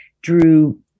drew